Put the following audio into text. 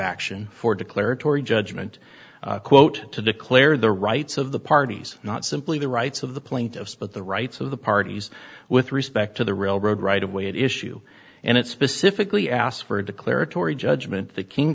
action for declaratory judgment quote to declare the rights of the parties not simply the rights of the plaintiffs but the rights of the parties with respect to the railroad right of way at issue and it specifically asks for a declaratory judgment that king